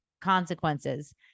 consequences